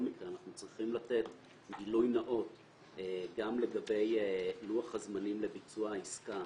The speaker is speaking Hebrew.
מקרה אנחנו צריכים לתת גילוי נאות גם לגבי לוח הזמנים לביצוע העסקה